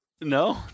No